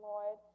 Lord